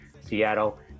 Seattle